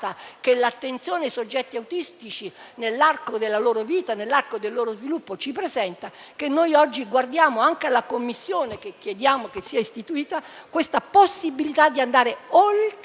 che l'attenzione ai soggetti autistici nell'arco della loro vita e del loro sviluppo ci presenta, che noi oggi guardiamo alla Commissione che chiediamo sia istituita e alla possibilità di andare oltre